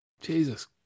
Jesus